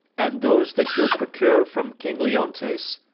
and those that you'll procure from king leontes